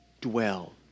dwell